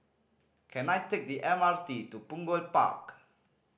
can I take the M R T to Punggol Park